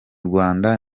rwanda